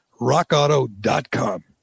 rockauto.com